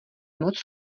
moc